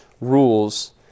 rules